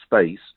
space